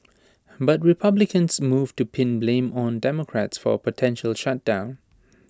but republicans moved to pin blame on democrats for A potential shutdown